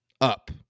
up